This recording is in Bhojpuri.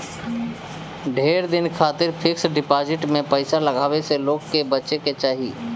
ढेर दिन खातिर फिक्स डिपाजिट में पईसा लगावे से लोग के बचे के चाही